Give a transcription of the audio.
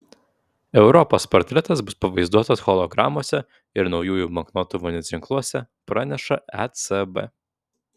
europos portretas bus pavaizduotas hologramose ir naujųjų banknotų vandens ženkluose praneša ecb